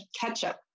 ketchup